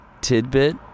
tidbit